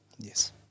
Yes